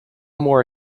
more